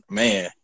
man